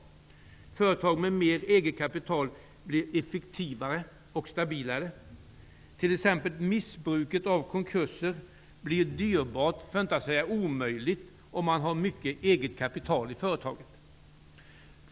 Företag med mer eget kapital blir effektivare och stabilare. Missbruk av t.ex. konkurser blir dyrbart för att inte säga omöjligt om man har mycket eget kapital i företaget.